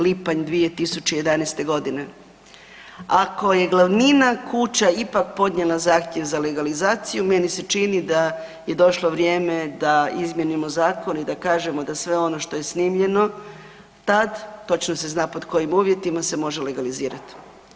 Lipanj 2011. godine, ako je glavnina kuća ipak podnijela zahtjev za legalizaciju meni se čini da je došlo vrijeme da izmijenimo zakon i da kažemo da sve ono što je snimljeno tad, točno se zna pod kojim uvjetima se može legalizirati.